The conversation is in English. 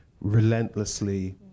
relentlessly